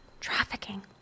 Trafficking